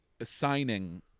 assigning